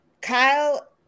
Kyle